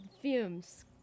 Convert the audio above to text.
Fumes